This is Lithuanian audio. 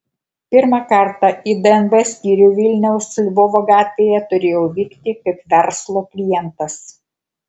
pirmą kartą į dnb skyrių vilniaus lvovo gatvėje turėjau vykti kaip verslo klientas